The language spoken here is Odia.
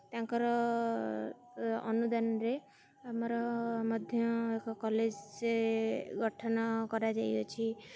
ତାଙ୍କର ଅନୁଦାନରେ ଆମର ମଧ୍ୟ ଏକ କଲେଜ୍ ସେ ଗଠନ କରାଯାଇଅଛି